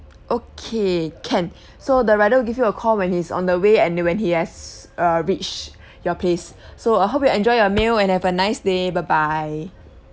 okay can so the rider will give you a call when he is on the way and when he has err reach your place so I hope you enjoy your meal and have a nice day bye bye